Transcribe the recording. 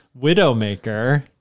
Widowmaker